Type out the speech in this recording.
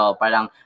parang